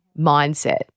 mindset